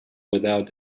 without